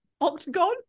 Octagon